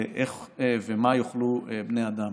איך ומה יאכלו בני אדם.